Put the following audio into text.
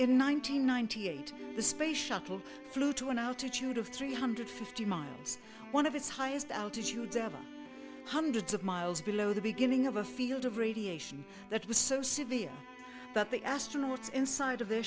hundred ninety eight the space shuttle flew to an altitude of three hundred fifty miles one of its highest altitude hundreds of miles below the beginning of a field of radiation that was so severe that the astronauts inside of the